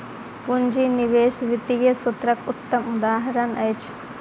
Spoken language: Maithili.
पूंजी निवेश वित्तीय सूत्रक उत्तम उदहारण अछि